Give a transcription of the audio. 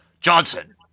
Johnson